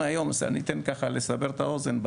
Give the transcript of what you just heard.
כדי לסבר את האוזן,